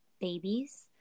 babies